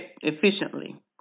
efficiently